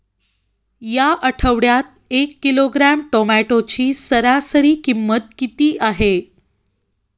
या आठवड्यात एक किलोग्रॅम टोमॅटोची सरासरी किंमत किती आहे?